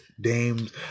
Dame's